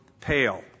pale